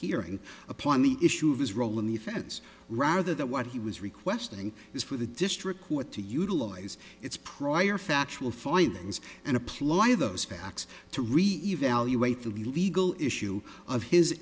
hearing upon the issue of his role in the offense rather that what he was requesting is for the district court to utilize its prior factual findings and apply those facts to read evaluate the legal issue of his